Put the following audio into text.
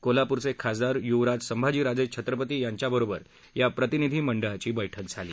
कोल्हापूरचे खासदार युवराज संभाजीराजे छत्रपती यांच्याबरोबर या प्रतिनिधी मंडळाची बैठक झाली